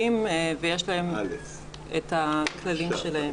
ויש להם הכללים שלהם.